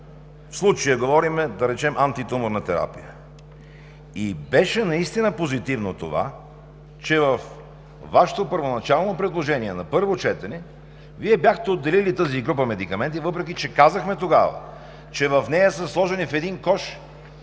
в случая говорим, да речем, антитуморна терапия. И беше наистина позитивно това, че във Вашето първоначално предложение на първо четене Вие бяхте отделили тази група медикаменти, въпреки че казахме тогава, че в нея са сложени в един кош